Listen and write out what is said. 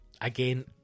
Again